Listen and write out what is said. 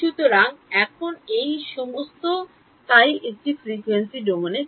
সুতরাং এখন এই সমস্ত তাই এটি ফ্রিকোয়েন্সি ডোমেনে